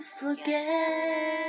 forget